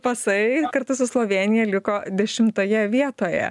pasai kartu su slovėnija liko dešimtoje vietoje